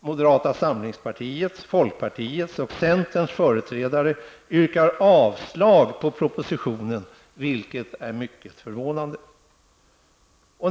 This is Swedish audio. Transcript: moderata samlingspartiets, folkpartiets och centerns företrädare yrkar avslag på propositionen, vilket är mycket förvånande.